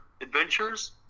adventures